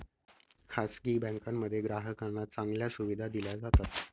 खासगी बँकांमध्ये ग्राहकांना चांगल्या सुविधा दिल्या जातात